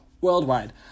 worldwide